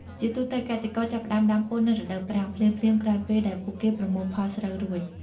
ជាទូទៅ កសិករចាប់ផ្ដើមដាំពោតនៅរដូវប្រាំង ភ្លាមៗក្រោយពេលដែលពួកគេប្រមូលផលស្រូវរួច។